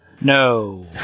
No